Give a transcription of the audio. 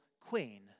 queen